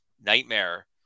nightmare